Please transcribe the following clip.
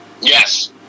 Yes